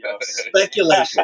Speculation